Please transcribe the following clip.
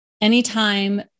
anytime